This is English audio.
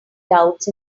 doubts